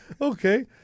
Okay